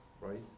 right